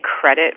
credit